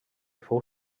fou